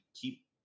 keep